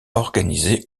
organisé